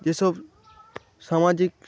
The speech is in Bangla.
এসব সামাজিক